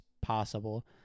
possible